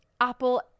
apple